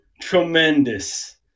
tremendous